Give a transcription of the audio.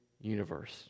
universe